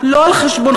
לא על חשבונכם.